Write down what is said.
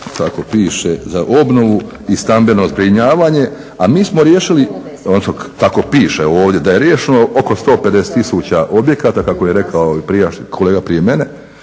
ured za obnovu i stambeno zbrinjavanje a mi smo riješili, odnosno tako piše ovdje da je riješeno oko 150 tisuća objekata kako je rekao i kolega prije mene